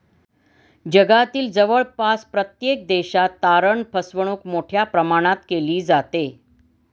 जगातील जवळपास प्रत्येक देशात तारण फसवणूक मोठ्या प्रमाणात केली जाते